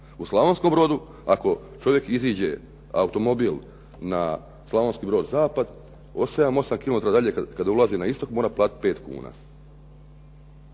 U Slavonskom Brodu, ako čovjek iziđe automobil na Slavonski Brod zapad, 7, 8 kilometara dalje kad ulazi na istok mora platiti 5 kuna.